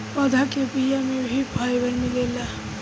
पौधा के बिया में भी फाइबर मिलेला